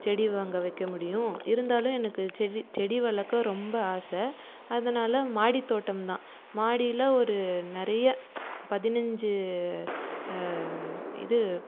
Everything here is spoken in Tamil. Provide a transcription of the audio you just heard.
செடி அங்கே வைக்க முடியும் இருந்தாலும் எனக்கு செடி செடி வளர்க்க ரொம்ப ஆசை அதனால் மாடித்தோட்டம் தான் மாடியில் ஒரு நிறைய பதினஞ்சு இது